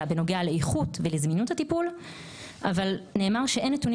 בנוגע לאיכות ולזמינות הטיפול אבל נאמר שאין נתונים